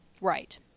Right